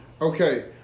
Okay